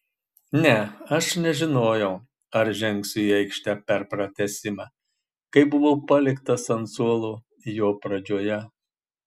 ne aš nežinojau ar žengsiu į aikštę per pratęsimą kai buvau paliktas ant suolo jo pradžioje